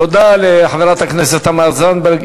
תודה לחברת הכנסת תמר זנדברג.